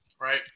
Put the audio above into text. right